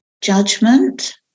judgment